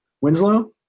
Winslow